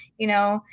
you know,